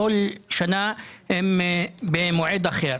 כל שנה הם במועד אחר.